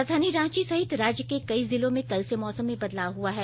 राजधानी रांची सहित राज्य के कई जिलों में कल से मौसम में बदलाव हुआ है